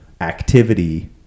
activity